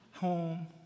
Home